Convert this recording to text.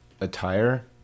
attire